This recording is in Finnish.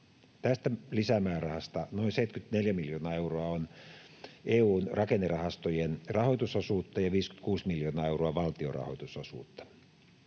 Tästä lisämäärärahasta noin 74 miljoonaa euroa on EU:n rakennerahastojen rahoitusosuutta ja 56 miljoonaa euroa valtion rahoitusosuutta.